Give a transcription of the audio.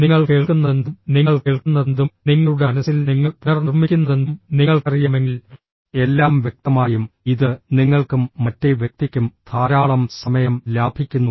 നിങ്ങൾ കേൾക്കുന്നതെന്തും നിങ്ങൾ കേൾക്കുന്നതെന്തും നിങ്ങളുടെ മനസ്സിൽ നിങ്ങൾ പുനർനിർമ്മിക്കുന്നതെന്തും നിങ്ങൾക്കറിയാമെങ്കിൽ എല്ലാം വ്യക്തമായും ഇത് നിങ്ങൾക്കും മറ്റേ വ്യക്തിക്കും ധാരാളം സമയം ലാഭിക്കുന്നു